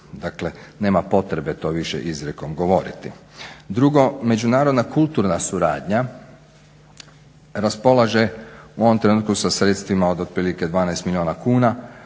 Dakle, nema potrebe to više izrijekom govoriti. Drugo, međunarodna kulturna suradnja raspolaže u ovom trenutku sa sredstvima od otprilike 12 milijuna kuna